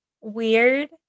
weird